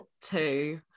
two